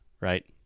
Right